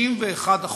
61%,